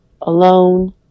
alone